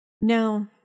No